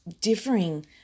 differing